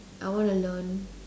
I wanna learn